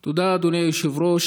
תודה, אדוני היושב-ראש.